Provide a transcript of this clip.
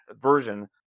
version